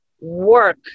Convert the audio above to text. work